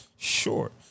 Sure